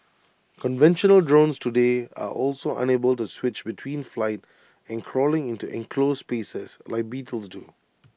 conventional drones today are also unable to switch between flight and crawling into enclosed spaces like beetles do